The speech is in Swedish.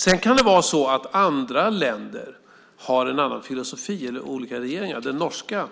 Sedan kan det vara så att andra länder eller olika regeringar har en annan filosofi. Den norska